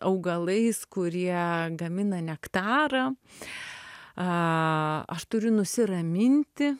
augalais kurie gamina nektarą aš turiu nusiraminti